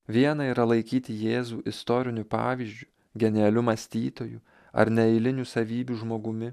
viena yra laikyti jėzų istoriniu pavyzdžiu genialiu mąstytoju ar neeilinių savybių žmogumi